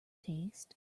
taste